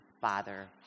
father